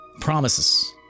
Promises